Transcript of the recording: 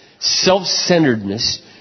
Self-centeredness